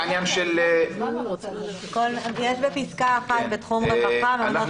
יש בפסקה (1) בתחום הרווחה, מעונות לנשים.